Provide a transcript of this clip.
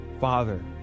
father